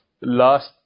last